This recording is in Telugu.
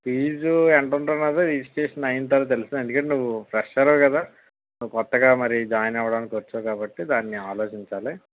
ఫీజు ఎంత ఉంటున్నదో రిజిస్ట్రేషన్ అయిన తర్వాత తెలుస్తుంది ఎందుకు అంటే నువ్వు ఫ్రెషర్ కదా నువ్వు కొత్తగా మరి జాయిన్ అవ్వడానికి వచ్చావు కాబట్టి దానిని ఆలోచించాలి